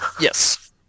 Yes